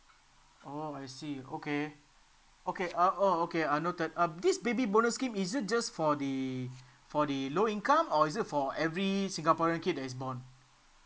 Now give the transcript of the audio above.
oh I see okay okay uh oh okay uh noted uh this baby bonus scheme is it just for the for the low income or is it for every singaporean kid that is born